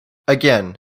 again